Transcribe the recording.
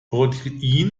protein